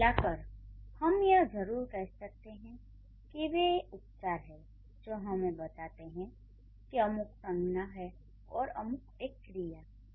कुल मिलाकर हम यह जरूर कह सकते हैं कि ये वे उपचार हैं जो हमें बताते हैं कि अमुक एक संज्ञा है और अमुक एक क्रिया